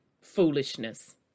foolishness